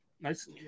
Nice